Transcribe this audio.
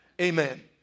Amen